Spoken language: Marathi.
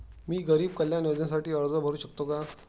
मी गरीब कल्याण योजनेसाठी अर्ज भरू शकतो का?